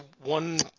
one